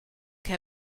che